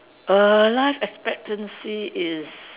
err life expectancy is